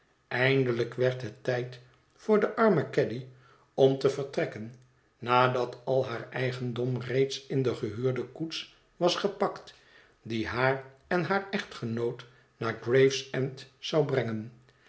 eindelijk werd het tijd voor de arme caddy om te vertrekken nadat al haar eigendom reeds in de gehuurde koets was gepakt die haar en haar echtgenoot naar gravesend zou brengen